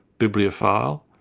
bibliophile,